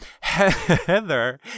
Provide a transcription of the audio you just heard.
Heather